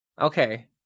okay